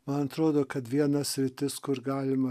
man atrodo kad viena sritis kur galima